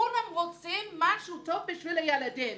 כולם רוצים משהו טוב עבור הילדים.